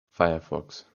firefox